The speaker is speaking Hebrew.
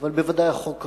אבל בוודאי החוק ראוי: